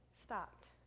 stopped